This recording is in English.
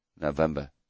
November